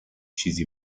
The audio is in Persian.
چیزی